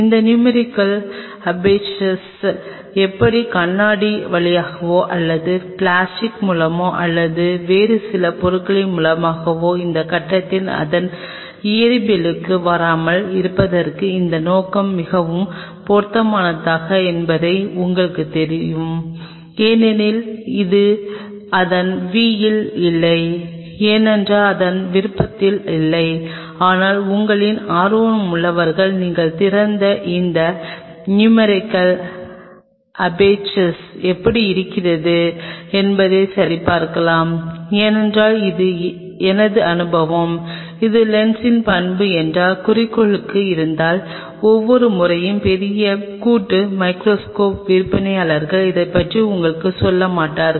இந்த numerical aperture என்பது கண்ணாடி வழியாகவோ அல்லது பிளாஸ்டிக் மூலமாகவோ அல்லது வேறு சில பொருள்களின் மூலமாகவோ இந்த கட்டத்தில் அதன் இயற்பியலுக்கு வராமல் இருப்பதற்கு இந்த நோக்கம் மிகவும் பொருத்தமானதா என்பதை உங்களுக்குத் தெரிவிக்கும் ஏனெனில் இது அதன் v இல் இல்லை ஏனென்றால் இது அதன் விருப்பத்தில் இல்லை ஆனால் உங்களில் ஆர்வமுள்ளவர்கள் நீங்கள் திறந்து அந்த நுமெரிக்கல் அபேர்சர் எப்படி இருக்கிறது என்பதை சரிபார்க்கலாம் ஏனெனில் இது எனது அனுபவம் இது லென்ஸின் பண்பு என்றால் குறிக்கோளுக்குள் இருந்தால் ஒவ்வொரு முறையும் பெரிய கூட்டு மைகிரோஸ்கோப் விற்பனையாளர்கள் அதைப் பற்றி உங்களுக்குச் சொல்ல மாட்டார்கள்